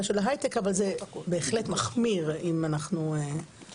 למשל לעבות ולמצוא תקנים לחוקרים זה גם קצת מתקשר למה שאתה אמרת